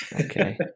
Okay